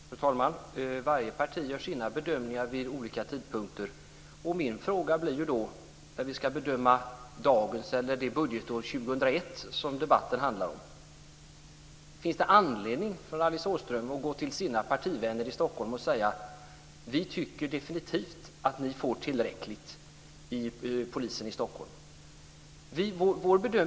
Fru talman! Varje parti gör sina bedömningar vid olika tidpunkter. Jag har en fråga när vi ska bedöma budgetåret 2001, som debatten handlar om. Finns det anledning för Alice Åström att gå till sina partivänner i Stockholm och säga: Vi tycker definitivt att ni får tillräckligt till polisen i Stockholm?